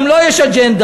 גם לו יש אג'נדה.